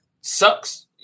sucks